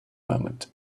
moment